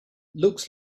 looks